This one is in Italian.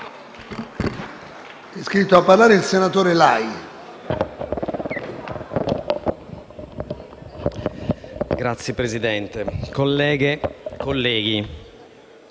iscritto a parlare il senatore Lai.